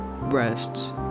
breasts